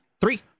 Three